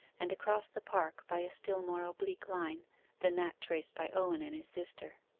and across the park by a still more oblique line than that traced by owen and his sister.